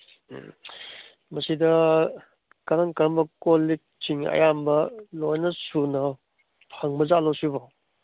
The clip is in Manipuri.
ꯎꯝ ꯃꯁꯤꯗ ꯀꯔꯝ ꯀꯔꯝꯕ ꯀꯣꯜꯂꯤꯛꯁꯤꯡ ꯑꯌꯥꯝꯕ ꯂꯣꯏꯅ ꯁꯨꯅ ꯐꯪꯕꯖꯥꯠꯂꯣ ꯁꯤꯕꯣ